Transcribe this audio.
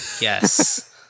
yes